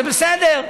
זה בסדר.